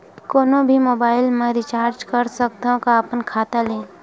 कोनो भी मोबाइल मा रिचार्ज कर सकथव का अपन खाता ले?